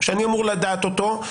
שאני אמור לדעת אותו,